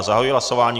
Zahajuji hlasování.